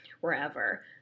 wherever